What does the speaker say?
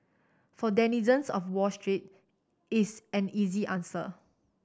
for denizens of Wall Street it's an easy answer